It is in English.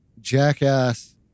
jackass